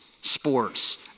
sports